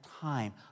time